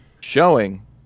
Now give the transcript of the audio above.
Showing